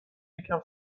یکم